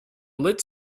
lit